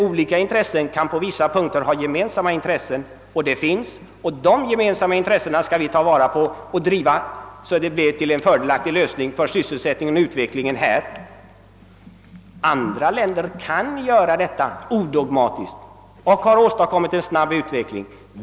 Olika intressen kan emellertid på vissa punkter vara gemensamma intressen, och dessa skall vi ta vara på och driva till en fördelaktig lösning för sysselsättningen och vår allmänna utveckling. Andra länder kan göra det odogmatiskt och har åstadkommit en snabb utveckling.